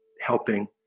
helping